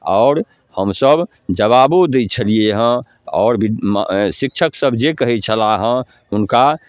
आओर हमसभ जवाबो दै छलिए हँ आओर शिक्षकसभ जे कहै छलाह हँ हुनका